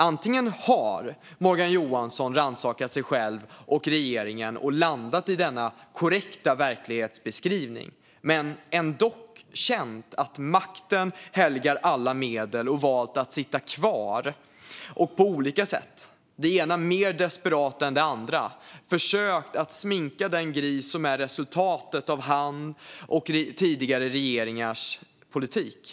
Antingen har Morgan Johansson rannsakat sig själv och regeringen och landat i denna korrekta verklighetsbeskrivning men ändock känt att ändamålet, makten, helgar alla medel och valt att sitta kvar. Han har på olika sätt, det ena mer desperat än det andra, försökt sminka den gris som är resultatet av hans och tidigare regeringars politik.